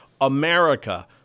america